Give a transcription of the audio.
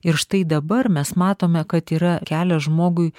ir štai dabar mes matome kad yra kelias žmogui